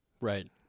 right